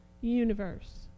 universe